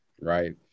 right